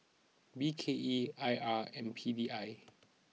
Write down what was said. B K E I R and P D I